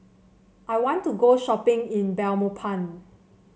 I want to go shopping in Belmopan